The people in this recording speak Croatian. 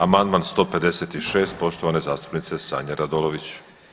Amandman 156. poštovane zastupnice Sanje Radolović.